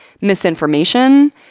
misinformation